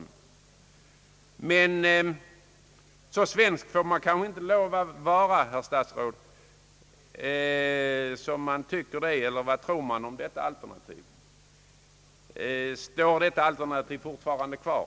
Så svensk att man tycker det får man kanske inte lov att vara, herr statsråd, eller vad tror man om detta alternativ? Står det fortfarande kvar?